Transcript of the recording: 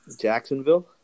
Jacksonville